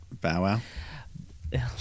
Bow-wow